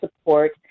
support